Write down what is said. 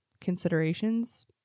considerations